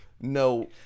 no